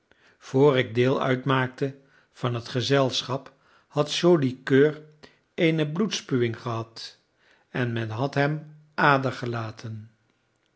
ik deel uitmaakte van het gezelschap had joli coeur eene bloedspuwing gehad en men had hem adergelaten